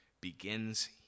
begins